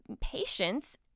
patience